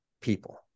people